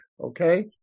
Okay